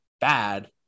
bad